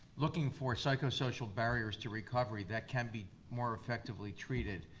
looking for psycho-social barriers to recovery that can be more effectively treated.